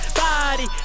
body